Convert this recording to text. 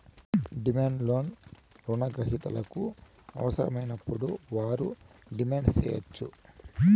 demand loan రుణ గ్రహీతలకు అవసరమైనప్పుడు వారు డిమాండ్ సేయచ్చు